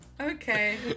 Okay